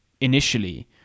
initially